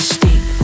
Steep